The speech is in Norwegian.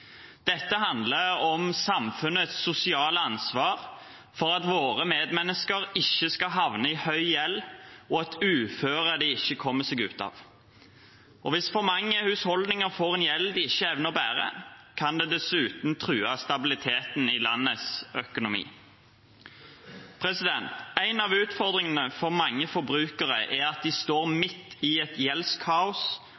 Dette handler om samfunnets sosiale ansvar for at våre medmennesker ikke skal havne i høy gjeld og et uføre de ikke kommer seg ut av. Hvis for mange husholdninger får en gjeld de ikke evner å bære, kan det dessuten true stabiliteten i landets økonomi. En av utfordringene for mange forbrukere er at de står